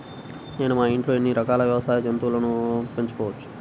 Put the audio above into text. నేను మా ఇంట్లో ఎన్ని రకాల వ్యవసాయ జంతువులను పెంచుకోవచ్చు?